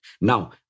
Now